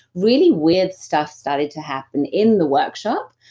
really weird stuff started to happen in the workshop,